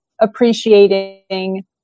appreciating